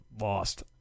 lost